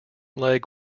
leg